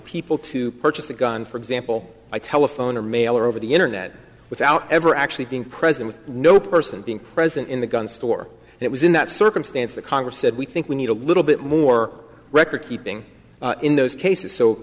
people to purchase a gun for example by telephone or mail or over the internet without ever actually being present with no person being present in the gun store and it was in that circumstance that congress said we think we need a little bit more recordkeeping in those cases so